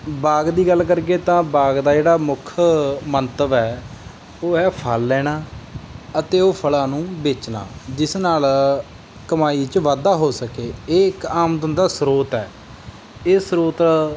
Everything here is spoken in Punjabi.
ਬਾਗ ਦੀ ਗੱਲ ਕਰੀਏ ਤਾਂ ਬਾਗ ਦਾ ਜਿਹੜਾ ਮੁੱਖ ਮੰਤਵ ਹੈ ਉਹ ਹੈ ਫਲ ਲੈਣਾ ਅਤੇ ਉਹ ਫਲਾਂ ਨੂੰ ਵੇਚਣਾ ਜਿਸ ਨਾਲ ਕਮਾਈ 'ਚ ਵਾਧਾ ਹੋ ਸਕੇ ਇਹ ਇੱਕ ਆਮਦਨ ਦਾ ਸਰੋਤ ਹੈ ਇਹ ਸਰੋਤ